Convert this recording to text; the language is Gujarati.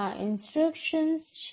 આ ઇન્સટ્રક્શન્સ છે